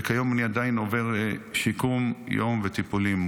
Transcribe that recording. וכיום אני עדיין עובר שיקום יום וטיפולים".